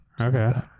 Okay